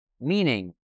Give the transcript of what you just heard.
meaning